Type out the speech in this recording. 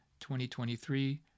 2023